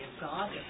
God